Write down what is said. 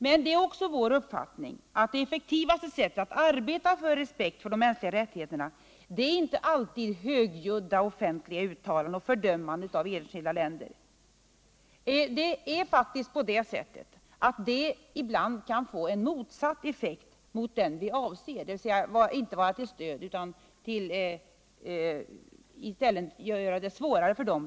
Men det är vår uppfattning att det effektivaste sättet att arbeta för att uppnå respekt för de mänskliga rättigheterna inte alltid är att göra högljudda offentliga uttalanden och fördömanden av enskilda länder. Sådana åtgärder kan ibland faktiskt få en motsatt effekt, så att de inte blir till stöd för dem vi vill hjälpa utan i stället gör det svårare för dem.